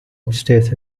upstairs